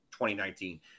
2019